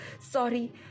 Sorry